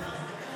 הסיעה?